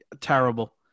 Terrible